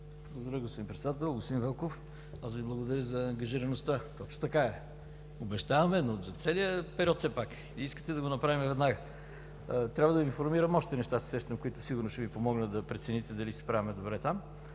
Благодаря, господин Председател. Господин Велков, благодаря Ви за ангажираността. Точно така е: обещаваме, но за целия период, все пак. Вие искате да го направим веднага. Трябва да Ви информирам – за още неща се сещам, които сигурно ще Ви помогнат да прецените дали се справяме добре там.